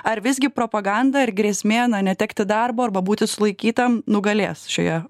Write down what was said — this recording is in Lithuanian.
ar visgi propaganda ir grėsmė na netekti darbo arba būti sulaikytam nugalės šioje